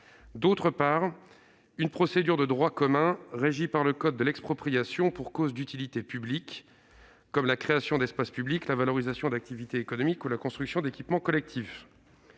d'autre part, une procédure de droit commun, régie par le code de l'expropriation, pour cause d'utilité publique comme la création d'espaces publics, la valorisation d'activités économiques ou la construction d'équipements collectifs.